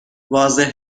واضح